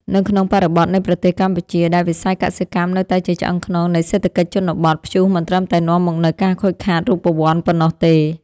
នៅក្នុងបរិបទនៃប្រទេសកម្ពុជា ដែលវិស័យកសិកម្មនៅតែជាឆ្អឹងខ្នងនៃសេដ្ឋកិច្ចជនបទ ព្យុះមិនត្រឹមតែនាំមកនូវការខូចខាតរូបវន្តប៉ុណ្ណោះទេ។